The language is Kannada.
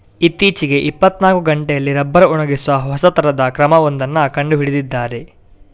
ಇತ್ತೀಚೆಗೆ ಇಪ್ಪತ್ತನಾಲ್ಕು ಗಂಟೆಯಲ್ಲಿ ರಬ್ಬರ್ ಒಣಗಿಸುವ ಹೊಸ ತರದ ಕ್ರಮ ಒಂದನ್ನ ಕಂಡು ಹಿಡಿದಿದ್ದಾರೆ